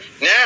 now